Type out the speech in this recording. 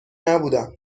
نبودم